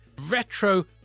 retro